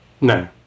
No